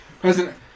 president